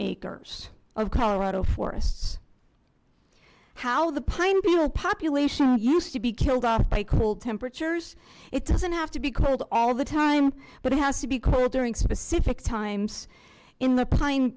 acres of colorado forests how the pine beetle population used to be killed off by cold temperatures it doesn't have to be cold all the time but it has to be cold during specific times in the pine